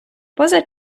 поза